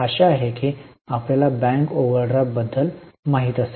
आशा आहे की आपल्याला बँक ओव्हरड्राफ्ट बद्दल माहित असेल